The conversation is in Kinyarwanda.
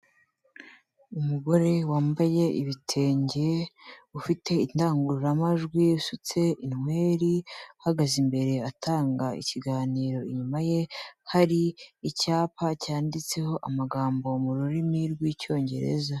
Umugore wambaye ibitenge ufite indangururamajwi usutse inweri uhagaze imbere atanga ikiganiro, inyuma ye hari icyapa cyanditseho amagambo mu rurimi rw'Icyongereza.